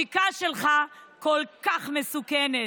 השתיקה שלך כל כך מסוכנת.